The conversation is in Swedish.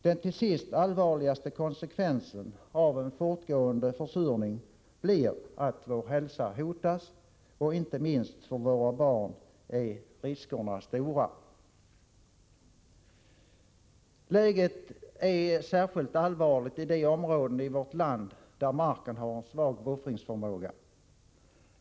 Den till sist allvarligaste konsekvensen av en fortgående försurning blir att vår hälsa hotas. Inte minst för våra barn är riskerna stora. Läget är särskilt allvarligt i de områden i vårt land där marken har en svag buffringsförmåga.